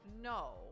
No